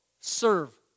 serve